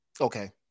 Okay